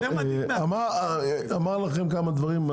הוא אמר לכם כמה דברים,